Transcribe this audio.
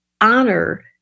honor